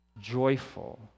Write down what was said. joyful